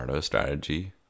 strategy